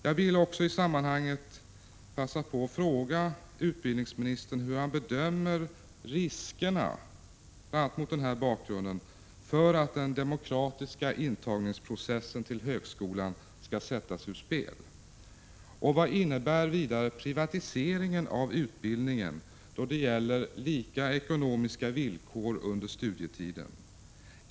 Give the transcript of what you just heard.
Jag vill bl.a. mot den här bakgrunden passa på att fråga utbildningsministern hur han bedömer riskerna för att den demokratiska intagningsprocessen till högskolan skall sättas ur spel. Och vad innebär vidare privatiseringen av utbildningen då det gäller lika ekonomiska villkor under studietiden?